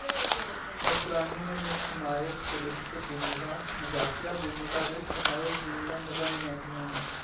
असरानी ने मुक्ख नायक चरित्तर भूमिकां मजाकिया भूमिकां ते सहायक भूमिकां नभाइयां दियां न